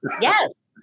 Yes